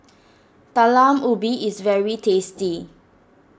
Talam Ubi is very tasty